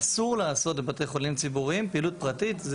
אסור לעשות בבתי חולים ציבוריים פעילות פרטית.